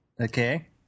okay